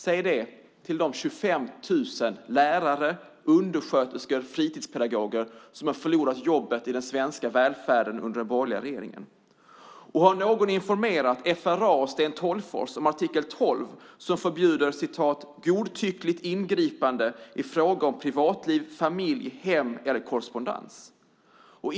Säg det till de 25 000 lärare, undersköterskor och fritidspedagoger som har förlorat jobbet i den svenska välfärden under den borgerliga regeringen. Har någon informerat FRA och Sten Tolgfors om artikel 12 som förbjuder "godtyckliga ingripanden i fråga om privatliv, familj, hem eller korrespondens"?